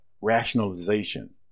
rationalization